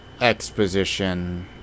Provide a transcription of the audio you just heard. exposition-